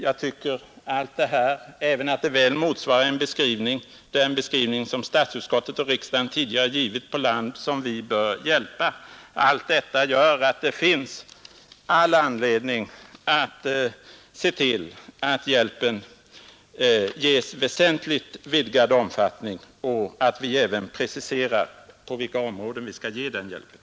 Jag tycker allt detta — även att det väl motsvarar den beskrivning som statsutskottet och riksdagen tidigare har givit på land som vi bör hjälpa — gör att det finns all anledning att se till att vår hjälp till Zambia snabbt ges väsentligt vidgad omfattning och att vi alltså även preciserar på vilka områden vi skall ge den hjälpen.